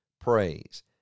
Praise